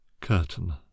curtain